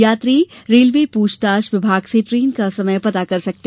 यात्री रेलवे पूछताछ विभाग से ट्रेन का समय जरूर पता कर लें